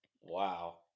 Wow